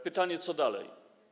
Pytanie: Co dalej?